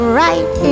right